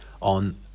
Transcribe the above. on